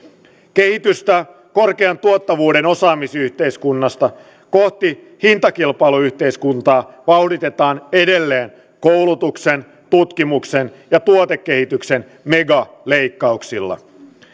kehitystä korkean tuottavuuden osaamisyhteiskunnasta kohti hintakilpailuyhteiskuntaa vauhditetaan edelleen koulutuksen tutkimuksen ja tuotekehityksen megaleikkauksilla